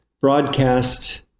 broadcast